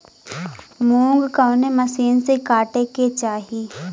मूंग कवने मसीन से कांटेके चाही?